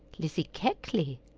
lizzie keckley?